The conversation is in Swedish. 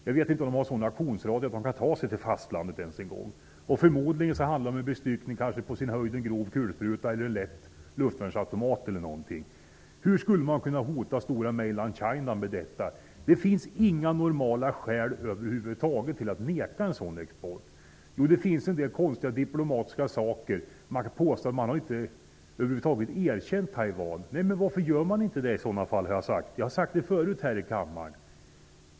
Jag vet inte om man i Taiwan har en sådan aktionsradio att man kan nå fastlandet ens. Förmodligen handlar det om en bestyckning med en grov kulspruta eller en lätt luftvärnsautomat, på sin höjd. Hur skulle stora ''mainland China'' kunna hotas med detta. Det finns inga normala skäl över huvud taget till att neka en sådan export. Visserligen finns det en del konstiga diplomatiska skäl. Man påstår att Sverige inte erkänt Taiwan över huvud taget. Men varför gör inte Sverige det då; det har jag sagt förut här i kammaren.